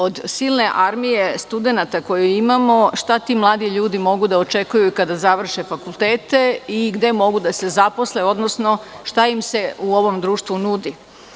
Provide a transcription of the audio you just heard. Od silne armije studenata koju imamo šta ti mladi ljudi mogu da očekuju kada završe fakultete i gde mogu da se zaposle, odnosno šta im se u ovom društvu nudi?